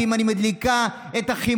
כי אם אני מדליקה את החימום,